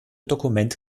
dokument